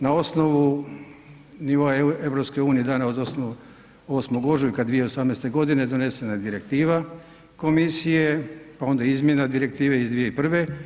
Na osnovu nivoa EU, dana 8. ožujka 2018. godine donesena je Direktiva komisije, pa onda izmjena Direktive iz 2001.